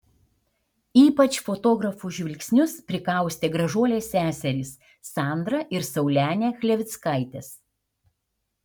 ypač fotografų žvilgsnius prikaustė gražuolės seserys sandra ir saulenė chlevickaitės